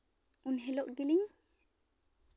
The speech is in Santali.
ᱩᱱ ᱦᱤᱞᱳᱜ ᱜᱮᱞᱤᱧ